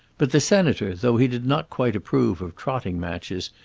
but the senator, though he did not quite approve of trotting matches,